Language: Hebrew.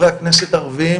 חברי כנסת ערביים